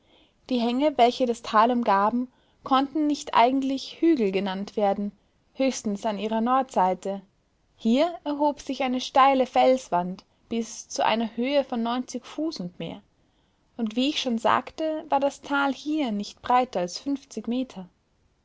die hänge welche das tal umgaben konnten nicht eigentlich hügel genannt werden höchstens an ihrer nordseite hier erhob sich eine steile felswand bis zu einer höhe von neunzig fuß und mehr und wie ich schon sagte war das tal hier nicht breiter als fünfzig meter